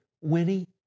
winnie